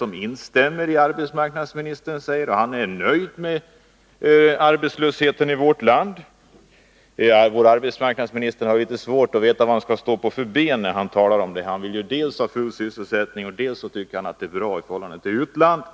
Han instämmer med arbetsmarknadsministern, säger han, och han är nöjd med arbetslösheten i vårt land. Vår arbetsmarknadsminister har litet svårt att veta på vilket ben han skall stå när han talar. Dels vill han ha full sysselsättning, dels tycker han att situationen i vårt land är bra i förhållande till utlandet.